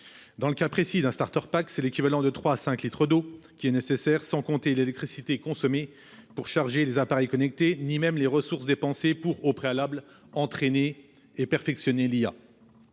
Dans le cas précis d'un starter pack, c'est l'équivalent de 3 à 5 litres d'eau qui est nécessaire sans compter l'électricité consommée pour charger les appareils connectés, ni même les ressources dépensées pour, au préalable, entraîner et perfectionner l'IA.